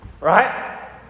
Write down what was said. Right